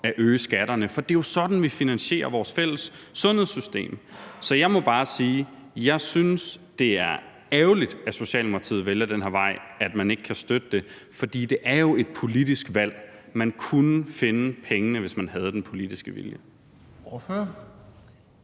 at øge skatterne, for det er jo sådan, vi finansierer vores fælles sundhedssystem. Så jeg må bare sige: Jeg synes, det er ærgerligt, at Socialdemokratiet vælger den her vej, altså at man ikke kan støtte det, for det er jo et politisk valg. Man kunne finde pengene, hvis man havde den politiske vilje.